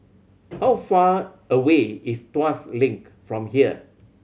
how far away is Tuas Link from here